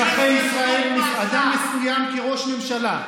מכרו לאזרחי ישראל אדם מסוים כראש ממשלה,